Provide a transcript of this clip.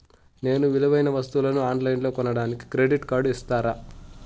నేను విలువైన వస్తువులను ఆన్ లైన్లో కొనడానికి క్రెడిట్ కార్డు ఇస్తారా?